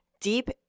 deep